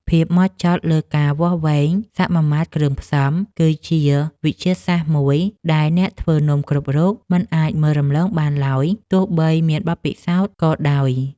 ភាពហ្មត់ចត់លើការវាស់វែងសមាមាត្រគ្រឿងផ្សំ គឺជាវិទ្យាសាស្ត្រមួយដែលអ្នកធ្វើនំគ្រប់រូបមិនអាចមើលរំលងបានឡើយទោះបីមានបទពិសោធន៍ក៏ដោយ។